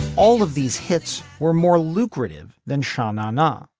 all of these hits were more lucrative than sha na na.